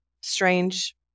strange